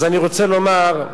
אז אני רוצה לומר,